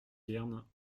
hirn